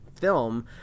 film